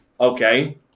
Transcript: Okay